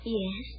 yes